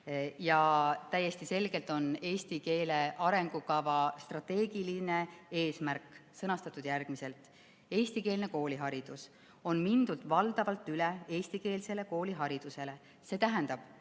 Ja täiesti selgelt on eesti keele arengukava strateegiline eesmärk sõnastatud järgmiselt: "Eestikeelne kooliharidus – on mindud valdavalt üle eestikeelsele kooliharidusele, st õppetöö